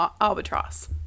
Albatross